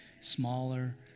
smaller